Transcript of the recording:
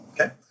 Okay